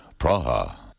Praha